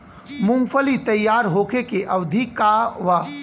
मूँगफली तैयार होखे के अवधि का वा?